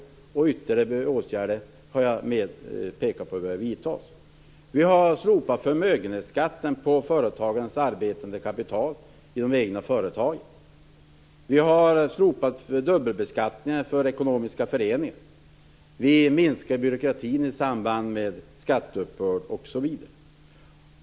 Jag har pekat på ytterligare åtgärder som behöver vidtas. Vi har slopat förmögenhetsskatten på företagarens arbetande kapital inom det egna företaget. Vi har slopat dubbelbeskattningen för ekonomiska föreningar. Vi minskar byråkratin i samband med skatteuppbörd osv.